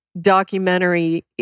documentary